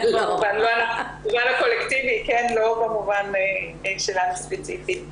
במובן הקולקטיבי, לא במובן שלנו הספציפי.